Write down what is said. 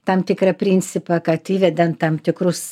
tam tikrą principą kad įvedant tam tikrus